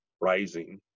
rising